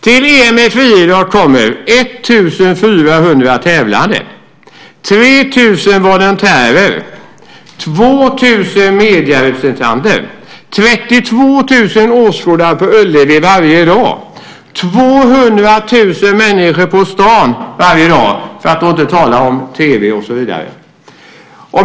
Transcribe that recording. Till EM i friidrott kommer 1 400 tävlande, 3 000 volontärer, 2 000 medierepresentanter, 32 000 åskådare på Ullevi varje dag, 200 000 människor på stan varje dag, för att inte tala om tv och så vidare.